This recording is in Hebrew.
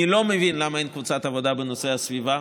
אני לא מבין למה אין קבוצת עבודה בנושא הסביבה.